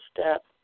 step